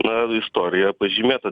na istorija pažymėta